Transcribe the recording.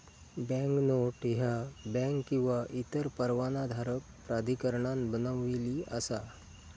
banknote ह्या bank किंवा इतर परवानाधारक प्राधिकरणान बनविली असा